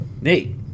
Nate